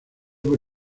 por